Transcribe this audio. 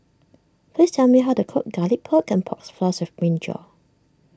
please tell me how to cook Garlic Pork and Pork Floss with Brinjal